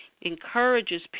encourages